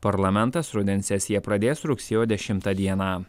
parlamentas rudens sesiją pradės rugsėjo dešimtą dieną